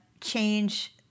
change